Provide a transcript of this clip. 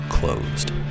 closed